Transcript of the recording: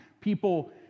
people